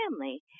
family